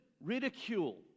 ridicule